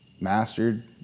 mastered